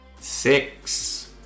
Six